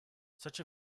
such